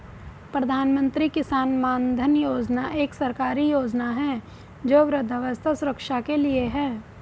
प्रधानमंत्री किसान मानधन योजना एक सरकारी योजना है जो वृद्धावस्था सुरक्षा के लिए है